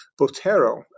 Botero